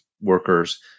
workers